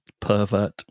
pervert